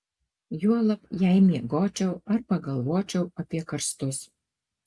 juolab jei miegočiau arba galvočiau apie karstus